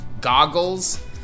goggles